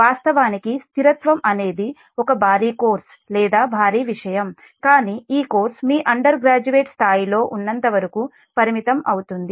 వాస్తవానికి స్థిరత్వం అనేది ఒక భారీ కోర్సు లేదా భారీ విషయం కానీ ఈ కోర్సు మీ అండర్ గ్రాడ్యుయేట్ స్థాయిలో ఉన్నంత వరకు పరిమితం అవుతుంది